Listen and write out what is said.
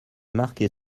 marquer